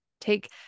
take